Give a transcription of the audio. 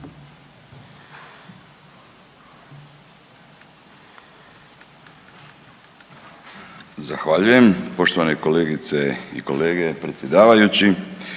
Zahvaljujem. Poštovane kolegice i kolege, predsjedavajući,